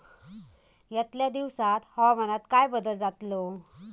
यतल्या दिवसात हवामानात काय बदल जातलो?